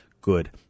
good